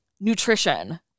nutrition